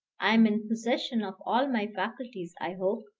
i am in possession of all my faculties, i hope.